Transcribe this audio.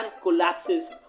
collapses